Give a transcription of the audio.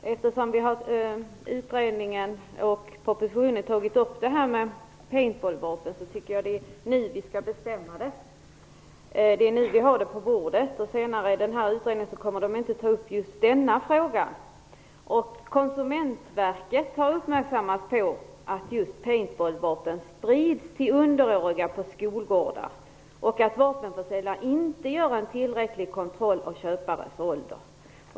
Herr talman! Eftersom frågan om paintball-vapen har tagits upp i utredningen och i propositionen tycker jag att det är nu vi skall bestämma oss. Det är nu vi har frågan på bordet. Senare i utredningen kommer man inte att ta upp just denna fråga. Konsumentverket har uppmärksammats på att just paintball-vapen sprids till minderåriga på skolgårdar och att vapenförsäljare inte gör en tillräcklig kontroll av köparens ålder.